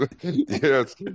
Yes